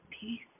peace